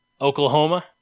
Oklahoma